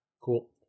Cool